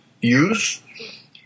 use